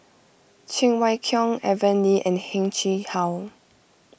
Cheng Wai Keung Aaron Lee and Heng Chee How